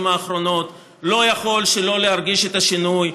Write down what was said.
האחרונות לא יכול שלא להרגיש את השינוי.